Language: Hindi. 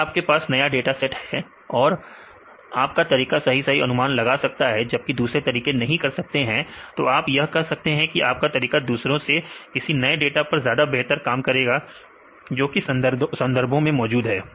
अगर आपके पास नया डाटा सेट है और आप का तरीका सही सही अनुमान लगा सकता है जबकि दूसरे तरीके नहीं कर सकते तो आप यह कह सकते हैं कि आप का तरीका दूसरे तरीके से किसी नए डाटा पर ज्यादा बेहतर काम करेगा जो कि संदर्भ में मौजूद है